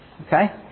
Okay